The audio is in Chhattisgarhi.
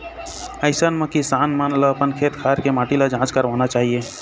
अइसन म किसान मन ल अपन खेत खार के माटी के जांच करवाना चाही